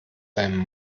seinem